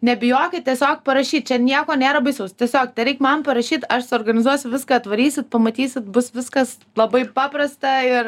nebijokit tiesiog parašyt čia nieko nėra baisaus tiesiog tereik man parašyt aš suorganizuosiu viską varysit pamatysit bus viskas labai paprasta ir